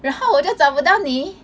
然后我就找不到你